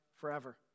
forever